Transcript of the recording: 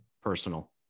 personal